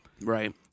Right